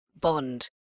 Bond